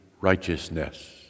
righteousness